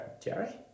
Jerry